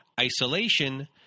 isolation